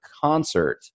concert